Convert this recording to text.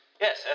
Yes